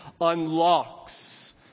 unlocks